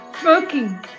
Smoking